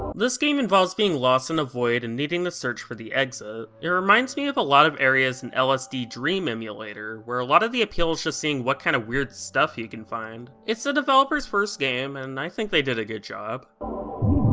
this game involves being lost in a void and needing to search for the exit. it reminds me of a lot of areas in lsd dream emulator, where a lot of the appeal is just seeing what kind of weird stuff you can find. it's the developers' first game, and i think they did a good job.